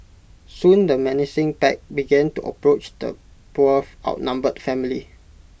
soon the menacing pack began to approach the poor outnumbered family